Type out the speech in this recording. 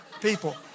People